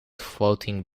floating